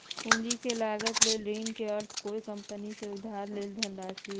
पूंजी के लागत ले ऋण के अर्थ कोय कंपनी से उधार लेल धनराशि हइ